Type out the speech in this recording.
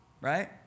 right